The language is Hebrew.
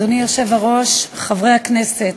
אדוני היושב-ראש, חברי הכנסת,